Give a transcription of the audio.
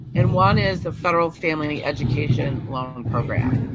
and one is the federal family education loan program,